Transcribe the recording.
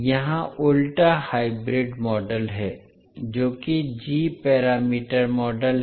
यहां उलटा hybrid model है जो कि जी पैरामीटर मॉडल है